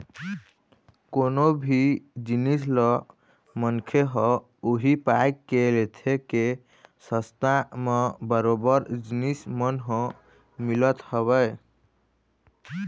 कोनो भी जिनिस ल मनखे ह उही पाय के लेथे के सस्ता म बरोबर जिनिस मन ह मिलत हवय